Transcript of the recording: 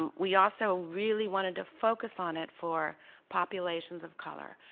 um we also really wanted to focus on it for populations of color.